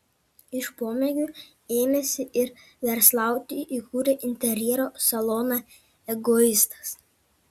iš pomėgių ėmėsi ir verslauti įkūrė interjero saloną egoistas